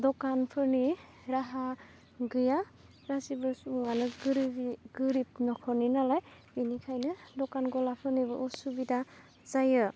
दखानफोरनि राहा गैया गासिबो सुबुङानो गोरिबि गोरिब नखरनि नालाय बिनिखायनो दखान गलाफोरनिबो असुबिदा जायो